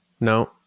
No